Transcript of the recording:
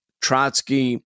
Trotsky